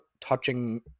touching